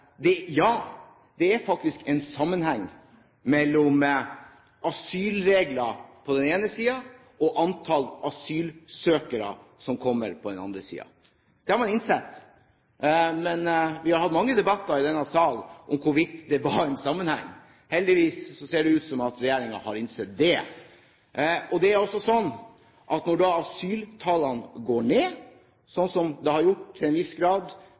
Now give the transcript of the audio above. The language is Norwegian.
en sammenheng mellom asylregler på den ene siden og antall asylsøkere som kommer, på den andre siden. Det har man innsett, men vi har hatt mange debatter i denne sal om hvorvidt det var en sammenheng. Heldigvis ser det ut til at regjeringen har innsett det. Det er også slik at når asyltallene går ned, slik som de til en viss grad